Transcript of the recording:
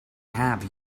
have